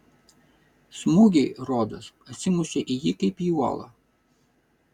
smūgiai rodos atsimušė į jį kaip į uolą